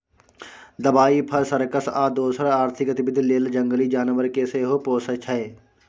दबाइ, फर, सर्कस आ दोसर आर्थिक गतिबिधि लेल जंगली जानबर केँ सेहो पोसय छै